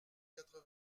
quatre